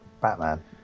Batman